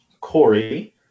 Corey